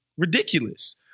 Ridiculous